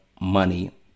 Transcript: Money